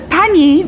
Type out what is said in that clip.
pani